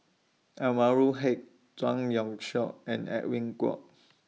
Anwarul Haque Zhang Youshuo and Edwin Koek